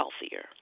healthier